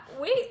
Wait